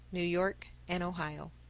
new york, and ohio.